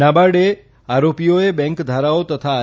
નાબાર્ડે આરોપીઓએ બેંક ધારાઓ તથા આર